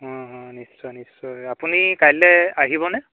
অঁ নিশ্চয় নিশ্চয় আপুনি কাইলৈ আহিবনে